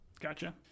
gotcha